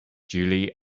julie